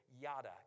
yada